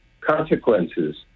consequences